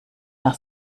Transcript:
nach